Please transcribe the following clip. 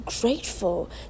grateful